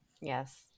Yes